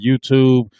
YouTube